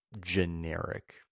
generic